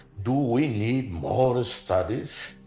do we need more studies?